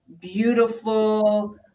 beautiful